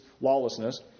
lawlessness